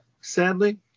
Sadly